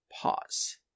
pause